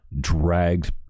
dragged